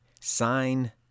sign